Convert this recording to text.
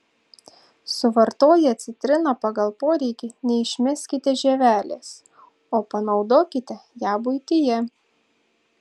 suvartoję citriną pagal poreikį neišmeskite žievelės o panaudokite ją buityje